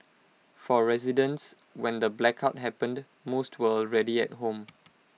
for residents when the blackout happened most were already at home